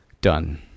done